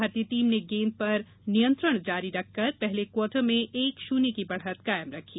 भारतीय टीम ने गेंद पर नियंत्रण जारी रखकर पहले क्वार्टर में एक शून्य की बढ़त कायम रखी